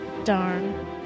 Darn